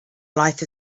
life